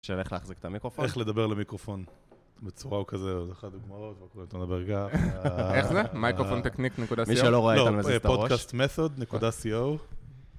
עכשיו איך להחזיק את המיקרופון, איך לדבר למיקרופון בצורה וכזה, זו אחת הדוגמאות, לא קוראים אותנו לברגע, איך זה? מייקרופון טקניק נקודה סי או, מי שלא רואה איתנו מזיז את הראש, פודקאסט מסוד נקודה סי או.